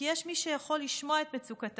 כי יש מי שיכול לשמוע את מצוקתם.